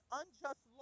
unjust